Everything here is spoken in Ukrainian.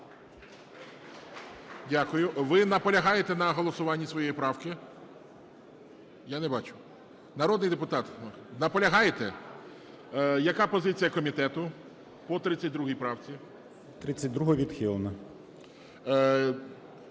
Дякую. Ви наполягаєте на голосуванні своєї правки? Я не бачу, народний депутат, наполягаєте? Яка позиція комітету по 32 правці? 13:28:58